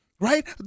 Right